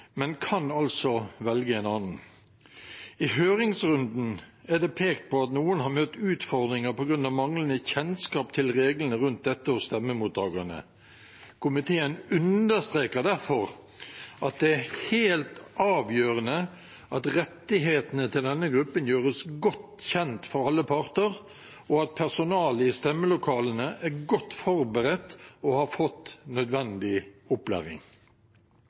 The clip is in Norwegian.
men kan altså velge en annen. I høringsrunden er det pekt på at noen har møtt utfordringer på grunn av manglende kjennskap til reglene rundt dette hos stemmemottakerne. Komiteen understreker derfor at det er helt avgjørende at rettighetene til denne gruppen gjøres godt kjent for alle parter, og at personalet i stemmelokalene er godt forberedt og har fått nødvendig opplæring.